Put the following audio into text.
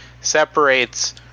Separates